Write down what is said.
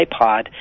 iPod